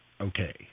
okay